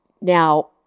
Now